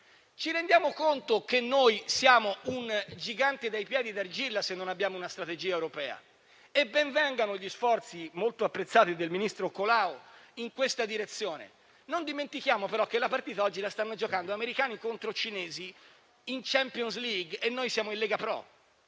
Ci rendiamo conto che siamo un gigante dai piedi d'argilla senza una strategia europea e ben vengano gli sforzi, molto apprezzati, del ministro Colao in questa direzione. Non dimentichiamo però che la partita oggi la stanno giocando gli americani contro i cinesi in Champions league e noi siamo in Lega pro.